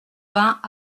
vingts